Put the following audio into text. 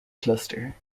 cluster